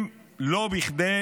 אם לא כדי